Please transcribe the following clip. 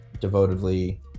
devotedly